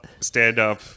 stand-up